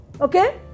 Okay